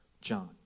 John